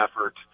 effort